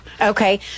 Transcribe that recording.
Okay